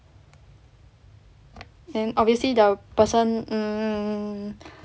then obviously the person mm